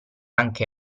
anche